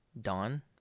Dawn